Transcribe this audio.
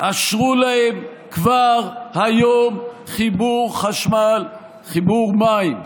אשרו להם כבר היום חיבור חשמל, חיבור מים.